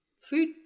Food